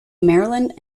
maryland